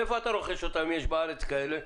מאיפה אתה רוכש אותם אם יש בארץ כאלה?